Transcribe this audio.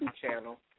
channel